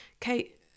Kate